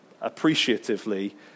appreciatively